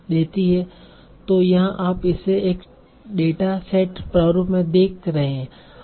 तो यहाँ आप इसे एक डेटा सेट प्रारूप में देख रहे हैं